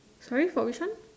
sorry for which one